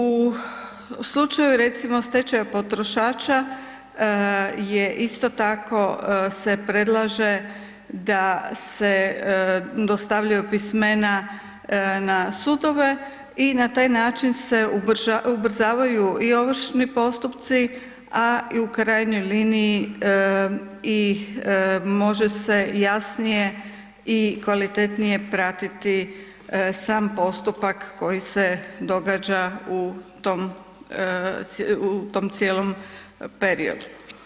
U slučaju recimo stečaja potrošača je isto tako se predlaže da se dostavljaju pismena na sudove i na taj način se ubrzavaju i ovršni postupci, a i u krajnjoj liniji i može se jasnije i kvalitetnije pratiti sam postupak koji se događa u tom, u tom cijelom periodu.